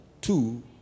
two